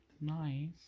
Nice